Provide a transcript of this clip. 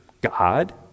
God